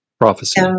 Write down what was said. prophecy